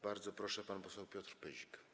Bardzo proszę, pan poseł Piotr Pyzik.